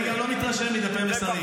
אני גם לא מתרשם מדפי מסרים.